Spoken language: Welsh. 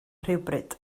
rhywbryd